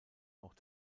auch